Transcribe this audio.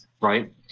right